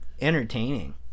entertaining